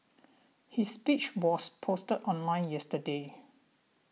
his speech was posted online yesterday